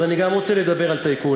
אז גם אני רוצה לדבר על טייקונים,